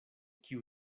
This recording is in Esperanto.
kiu